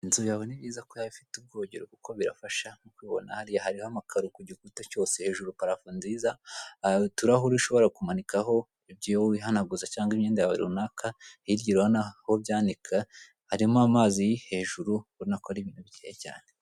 Inzu yawe ni byiza ko yaba ifite ubwogero kuko birafasha urikubibona hariya hariho amakaro kugikuta cyose hejuru parafo nziza uturahure ushobora kumanikaho ibyo wihanaguza cyangw imyenda yawe runaka hirya urabona aho ubyanika harimo amazi hejuru ubona ko ari ibintu byiza cyane.